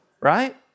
right